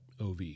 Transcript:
OV